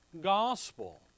gospel